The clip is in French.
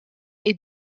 est